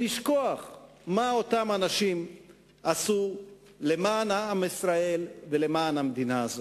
לשכוח מה אותם אנשים עשו למען עם ישראל ולמען המדינה הזאת.